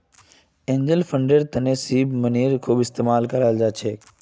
angel फंडिंगर तने seed मनीर खूब इस्तमाल कराल जा छेक